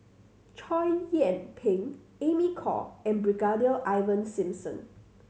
Chow Yian Ping Amy Khor and Brigadier Ivan Simson